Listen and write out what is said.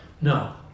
No